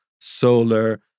solar